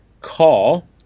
call